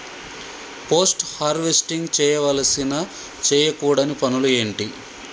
Post harvesting చేయవలసిన చేయకూడని పనులు ఏంటి?